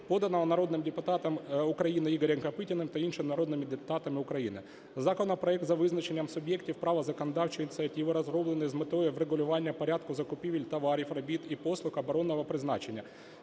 поданий народним депутатом України Ігорем Копитіним та іншими народними депутатами України. Законопроект, за визначенням суб'єктів права законодавчої ініціативи, розроблений з метою врегулювання порядку закупівель товарів, робіт і послуг оборонного призначення.